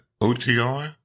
OTR